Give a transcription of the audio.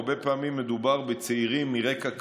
הרבה פעמים מדובר בצעירים מרקע קשה,